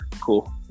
cool